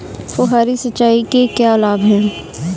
फुहारी सिंचाई के क्या लाभ हैं?